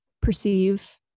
perceive